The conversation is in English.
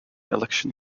election